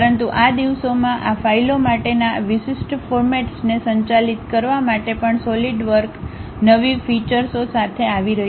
પરંતુ આ દિવસોમાં આ ફાઇલો માટેના આ વિશિષ્ટ ફોર્મેટ્સને સંચાલિત કરવા માટે પણ સોલિડવર્ક નવી ફીચૅસઓ સાથે આવી રહ્યું છે